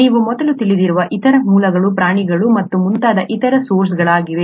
ನೀವು ಮೊದಲು ತಿಳಿದಿರುವ ಇತರ ಮೂಲಗಳು ಪ್ರಾಣಿಗಳು ಮತ್ತು ಮುಂತಾದ ಇತರ ಸೋರ್ಸ್ಗಳಾಗಿವೆ